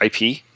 IP